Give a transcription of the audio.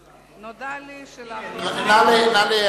נודע לי שלאחרונה החל תהליך הפרטה